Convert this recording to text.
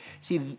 See